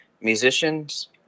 Musicians